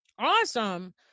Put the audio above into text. Awesome